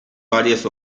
varias